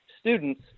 students